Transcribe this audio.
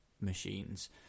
machines